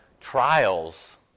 trials